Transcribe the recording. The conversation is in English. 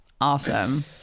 Awesome